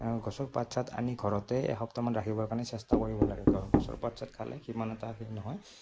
গছৰ পাত ছাত আনি ঘৰতে এসপ্তাহমান ৰাখিবৰ কাৰণে চেষ্টা কৰিব লাগে গছৰ পাত ছাত খালে সিমান এটা সেই নহয়